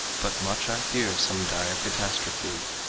but much i fear some dire catastrophe.